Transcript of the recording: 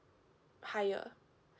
higher